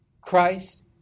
Christ